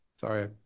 sorry